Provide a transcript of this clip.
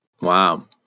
Wow